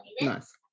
Nice